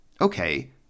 Okay